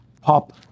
POP